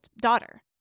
daughter